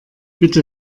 bitte